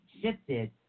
shifted